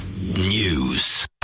News